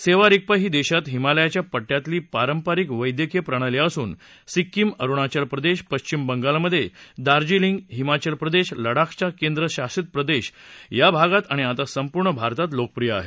सोवा रिग्पा ही देशात हिमालयाच्या पड्यातली पारंपरिक वैद्यकीय प्रणाली असून सिक्किम अरुणाचल प्रदेश पश्विम बंगालमध्ये दार्जिलिंग हिमाचल प्रदेश लडाखचा केंद्रशासित प्रदेश या भागात आणि आता संपूर्ण भारतात लोकप्रिय आहे